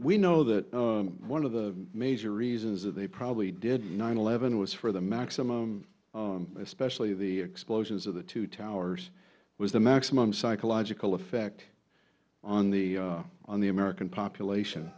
we know that one of the major reasons of they probably did nine eleven was for the maximum especially the explosions of the two towers was the maximum psychological effect on the on the american population